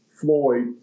Floyd